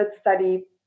study